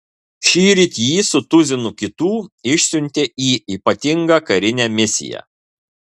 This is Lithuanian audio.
šįryt jį su tuzinu kitų išsiuntė į ypatingą karinę misiją